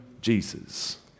Jesus